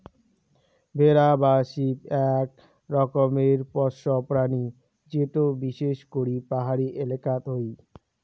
ভেড়া বা শিপ আক ধরণের পোষ্য প্রাণী যেটো বিশেষ করি পাহাড়ি এলাকাত হই